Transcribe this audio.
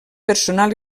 personal